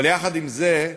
אבל יחד עם זה,